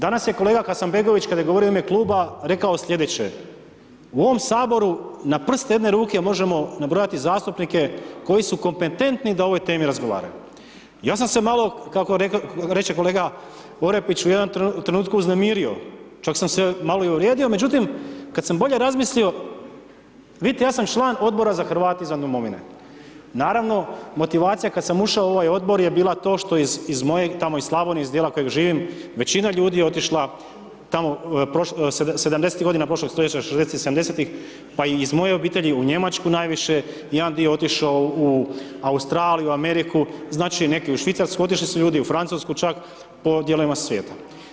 Danas je kolega Hasanbegović, kad je govorio u ime Kluba rekao sljedeće u ovom Saboru na prste jedne ruke možemo nabrojati zastupnike koji su kompetentni da o ovoj temi razgovaraju>, ja sam se malo, kako reče kolega Orepić, u jednom trenutku uznemirio, čak sam se malo i uvrijedio, međutim kad sam bolje razmislio, vidite ja sam član Odbora za Hrvate izvan domovine, naravno motivacija kad sam ušao u ovaj Odbor je bila to što iz mojeg, tamo iz Slavonije, iz dijela kojeg živim, većina ljudi je otišla, tamo '70-ih godina prošlog stoljeća, '60-ih, '70-ih, pa i iz moje obitelji, u Njemačku najviše, jedan dio je otišao u Australiju, Ameriku, znači, neki u Švicarsku, otišli su ljudi u Francusku čak, po dijelovima svijeta.